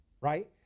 right